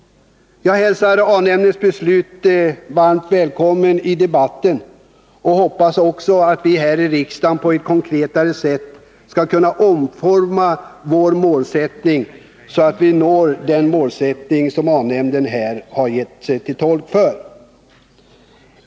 Jag hälsar A-nämndens beslut varmt välkommet i debatten, och jag hoppas också att vi här i riksdagen på ett mer konkret sätt skall kunna omforma vår målsättning, så att vi kan uppnå det mål som A-nämnden har formulerat.